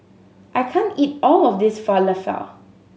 I can't eat all of this Falafel